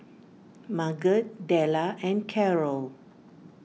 Marget Della and Karol